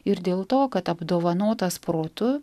ir dėl to kad apdovanotas protu